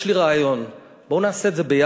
אז יש לי רעיון, בואו נעשה את זה ביחד.